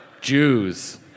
Jews